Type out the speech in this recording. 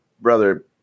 brother